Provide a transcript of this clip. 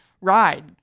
ride